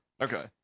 Okay